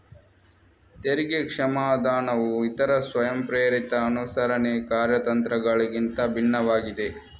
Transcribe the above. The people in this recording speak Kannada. ತೆರಿಗೆ ಕ್ಷಮಾದಾನವು ಇತರ ಸ್ವಯಂಪ್ರೇರಿತ ಅನುಸರಣೆ ಕಾರ್ಯತಂತ್ರಗಳಿಗಿಂತ ಭಿನ್ನವಾಗಿದೆ